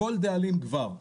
כל דאלים גבר,